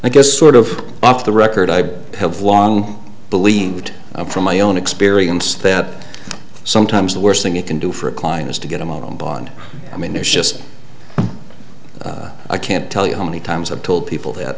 i guess sort of off the record i have long believed from my own experience that sometimes the worst thing you can do for a client is to get them all and bond i mean it's just i can't tell you how many times i've told people that